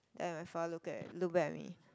then my father look at look back at me